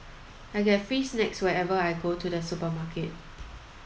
I get free snacks whenever I go to the supermarket